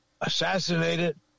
assassinated